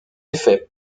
effets